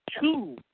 two